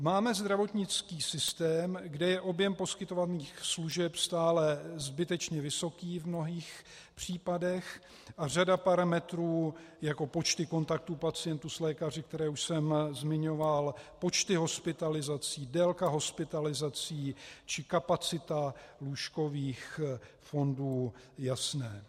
Máme zdravotnický systém, kde je objem poskytovaných služeb stále zbytečně vysoký v mnoha případech, a řada parametrů jako počty kontaktů pacientů s lékaři, které už jsem zmiňoval, počty hospitalizací, délka hospitalizací či kapacita lůžkových fondů, to je jasné.